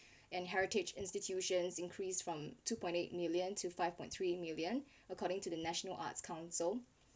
and heritage institutions increased from two point eight million to five point three million according to the national arts council